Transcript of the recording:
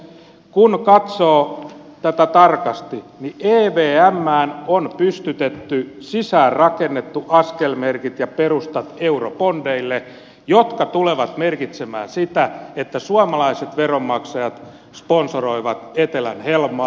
kun katsoo tätä tarkasti niin evmään on pystytetty sisäänrakennettu askelmerkit ja perustat eurobondeille jotka tulevat merkitsemään sitä että suomalaiset veronmaksajat sponsoroivat etelän helmaa